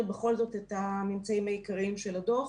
בכל זאת את הממצאים העיקריים של הדוח